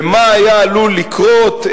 ומה היה עלול לקרות,